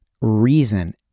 reason